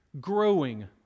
growing